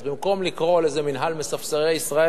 אז במקום לקרוא לזה "מינהל מספסרי ישראל",